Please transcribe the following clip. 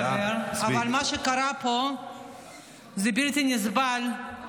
אבל מה שקרה פה זה בלתי נסבל.